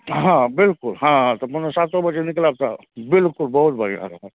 हँ बिलकुल हँ हँ तऽ मने सातो बजे निकलब तऽ बिलकुल बहुत बढ़िआँ रहत